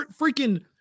Freaking –